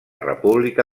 república